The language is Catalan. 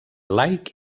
laic